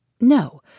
No